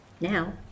Now